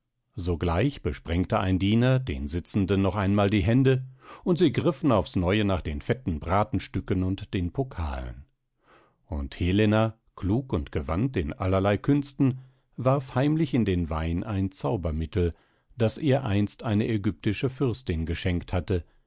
sogleich besprengte ein diener den sitzenden noch einmal die hände und sie griffen aufs neue nach den fetten bratenstücken und den pokalen und helena klug und gewandt in allerlei künsten warf heimlich in den wein ein zaubermittel das ihr einst eine ägyptische fürstin geschenkt hatte